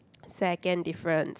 second difference